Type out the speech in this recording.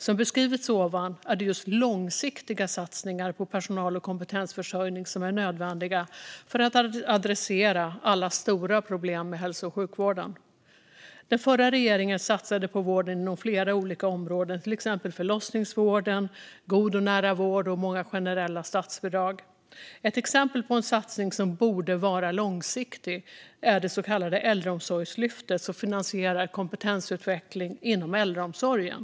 Som beskrivits ovan är det just långsiktiga satsningar på personal och kompetensförsörjning som är nödvändiga för att adressera alla stora problem inom hälso och sjukvården. Den förra regeringen satsade på vården inom flera olika områden, till exempel förlossningsvård och god och nära vård, och genom många generella statsbidrag. Ett exempel på en satsning som borde vara långsiktig är det så kallade Äldreomsorgslyftet, som finansierar kompetensutveckling inom äldreomsorgen.